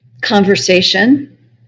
conversation